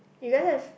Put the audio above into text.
you guys have